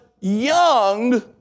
young